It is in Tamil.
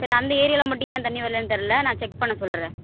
சரி அந்த ஏரியாவில் மட்டும் ஏன் தண்ணி வரலன்னு தெரில நான் செக் பண்ண சொல்கிறேன்